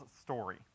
story